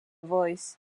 voice